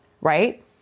right